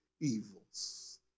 evils